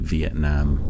Vietnam